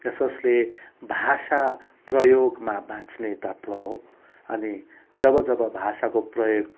यसोसले भाषा प्रयोगमा बाँच्ने तत्त्व हो अनि जब जब भाषाको प्रयोग